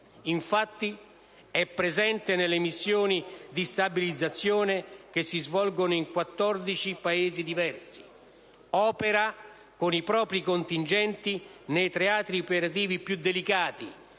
Infatti è presente nelle missioni di stabilizzazione che si svolgono in 14 Paesi diversi; opera, con i propri contingenti, nei teatri operativi più delicati